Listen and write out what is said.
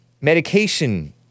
medication